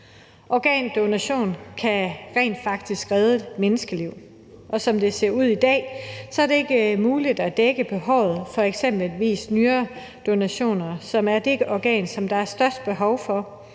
Organdonation kan rent faktisk redde et menneskeliv, og som det ser ud i dag, er det ikke muligt at dække behovet for f.eks. en ny nyre, som er det organ, der er størst behov for